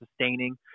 sustaining